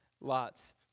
lots